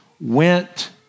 went